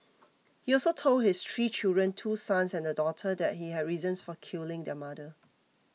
he also told his three children two sons and a daughter that he had reasons for killing their mother